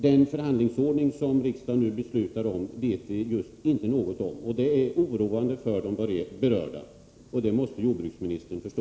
Den förhandlingsordning som riksdagen nu beslutar om vet vi just inte något om, och det är oroande för de berörda. Det måste jordbruksministern förstå.